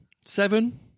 seven